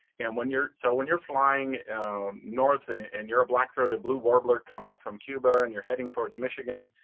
and when you're so when you're flying north and and you're a black throat of blue warbler coming up from cuba, and you're heading towards michigan,